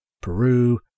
Peru